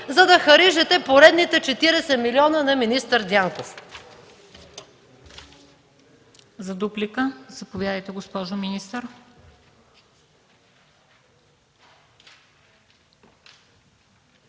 за да харижете поредните 40 милиона на министър Дянков.